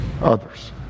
others